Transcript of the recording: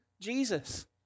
Jesus